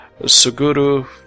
Suguru